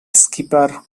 skipper